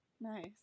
nice